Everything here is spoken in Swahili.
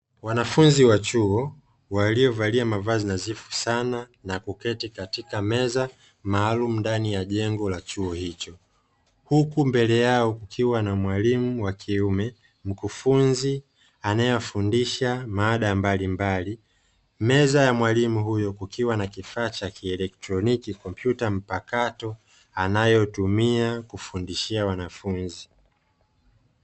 Wanafunzi wa chuo waliovalia mavazi nadhifu sana huku mbele yao kukiwa na mwalimu na kifaa cha kieletroniki anachoyumia kufundishia